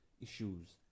issues